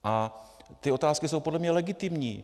A ty otázky jsou podle mě legitimní.